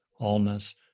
allness